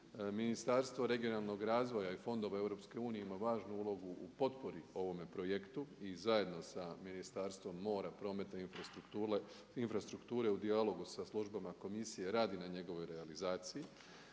Ministarstvo regionalnog razvoja i fondova EU ima važnu ulogu u potpori ovome projektu i zajedno sa Ministarstvom mora, prometa i infrastrukture u dijalogu sa službama komisije radi na njegovoj realizaciji.